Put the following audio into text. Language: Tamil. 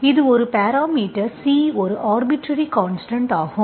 இது ஒரு பேராமீட்டர் C ஒரு ஆர்பிட்டர்ரி கான்ஸ்டன்ட் ஆகும்